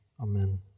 Amen